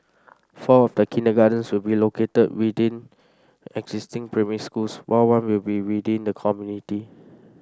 four of the kindergartens will be located within existing primary schools while one will be within the community